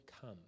come